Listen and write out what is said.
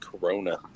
Corona